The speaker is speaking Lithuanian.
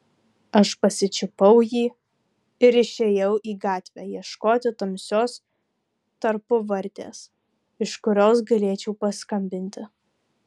aš pasičiupau jį ir išėjau į gatvę ieškoti tamsios tarpuvartės iš kurios galėčiau paskambinti